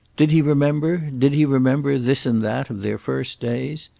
did he remember, did he remember this and that of their first days?